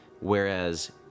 whereas